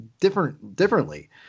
differently